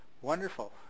Wonderful